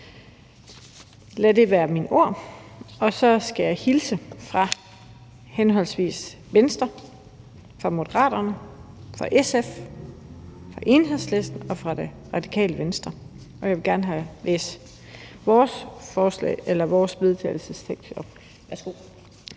Lad det være mine ord, og så skal jeg hilse fra Venstre, Moderaterne, SF, Enhedslisten og Radikale Venstre. Jeg vil gerne læse vores vedtagelsestekst